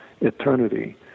eternity